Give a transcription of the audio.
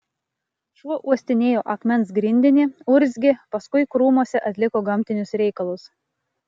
šuo uostinėjo akmens grindinį urzgė paskui krūmuose atliko gamtinius reikalus